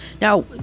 now